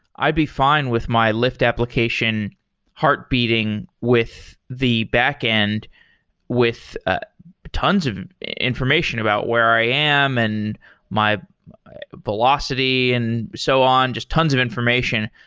i'd be fine with my lyft application heart beating with the backend with ah tons of information about where i am, and my velocity, and so on, just tons of information.